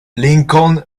lincoln